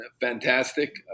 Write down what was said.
fantastic